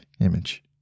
image